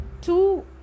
two